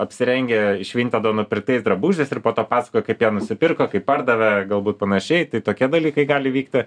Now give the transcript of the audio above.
apsirengę iš vintedo nupirktais drabužiais ir po to pasakoja kaip jie nusipirko kaip pardavė galbūt panašiai tai tokie dalykai gali vykti